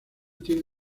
tiene